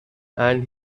and